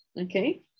Okay